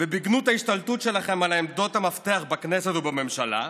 ובגנות ההשתלטות שלכם על עמדות מפתח בכנסת ובממשלה,